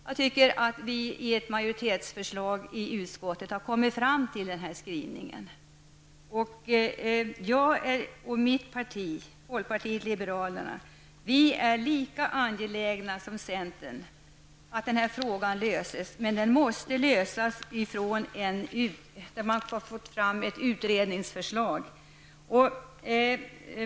Jag tycker att vi i ett majoritetsförslag i utskottet har kommit fram till denna skrivning. Och vi i folkpartiet liberalerna är lika angelägna som centern om att denna fråga löses, men den måste lösas i samband med att man får fram ett utredningsförslag.